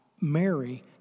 Mary